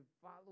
follow